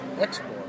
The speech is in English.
export